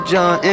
John